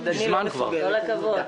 המקומיות.